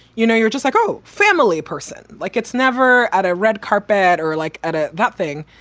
you know, you're just like, oh, family person. like it's never at a red carpet or like at ah that thing.